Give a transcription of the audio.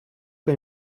que